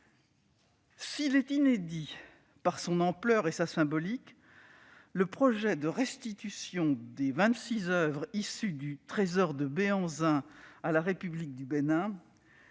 S'il est inédit par son ampleur et sa symbolique, le projet de restitution des vingt-six oeuvres issues du « Trésor de Béhanzin » à la République du Bénin,